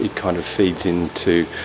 kind of feeds into